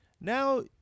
now